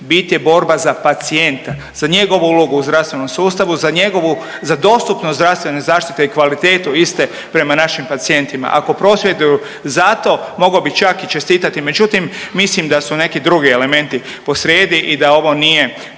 Bit je borba za pacijenta, za njegovu ulogu u zdravstvenom sustavu, za njegovu, za dostupnost zdravstvene zaštite i kvalitetu iste prema našim pacijentima. Ako prosvjeduju zato mogao bih čak i čestitati, međutim mislim da su neki drugi elementi posrijedi i da ovo nije